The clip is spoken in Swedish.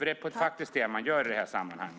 Det är faktiskt det man gör i detta sammanhang.